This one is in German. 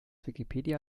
wikipedia